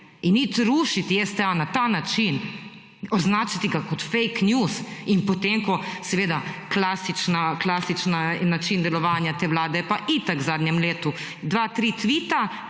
in iti rušiti STA na ta način, označiti ga kot fake news in potem, ko seveda klasični način delovanja te Vlade je pa itak v zadnjem letu 2, 3 tvita,